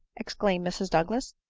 exclaimed mrs douglas.